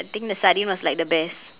I think the sardine was like the best